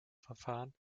verfahren